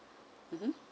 mmhmm